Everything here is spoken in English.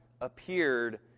appeared